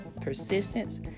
persistence